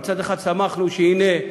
מצד אחד שמחנו שהנה,